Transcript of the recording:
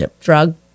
drug